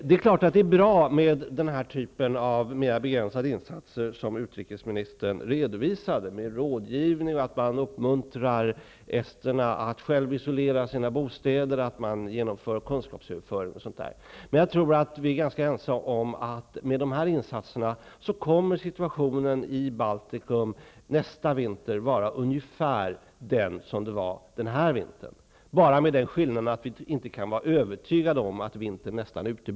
Det är bra med den här typen av mera begränsade insatser som utrikesministern redovisade. Det gäller rådgivning, att man uppmuntrar esterna att själva isolera sina bostäder, att man genomför kunskapsöverföring m.m. Med dessa insatser kommer situationen i Baltikum nästa vinter att vara ungefär som situationen den här vintern. Vi kan dock inte vara övertygade om att nästa vinter blir lika mild.